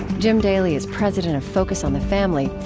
jim daly is president of focus on the family.